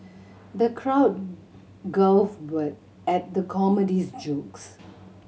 the crowd guffawed at the comedian's jokes